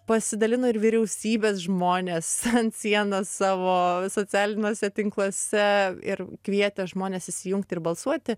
pasidalino ir vyriausybės žmonės sienas savo socialiniuose tinkluose ir kvietė žmones įsijungt ir balsuoti